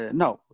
no